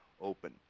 open